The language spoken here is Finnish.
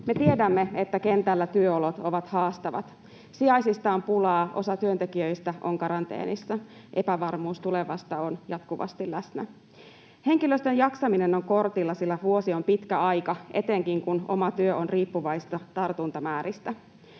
Me tiedämme, että kentällä työolot ovat haastavat. Sijaisista on pulaa, osa työntekijöistä on karanteenissa, epävarmuus tulevasta on jatkuvasti läsnä. Henkilöstön jaksaminen on kortilla, sillä vuosi on pitkä aika, etenkin kun oma työ on riippuvaista tartuntamääristä.